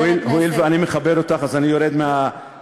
הואיל ואני מכבד אותך אז אני יורד מהדוכן,